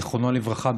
זיכרונו לברכה,